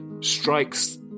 strikes